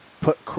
put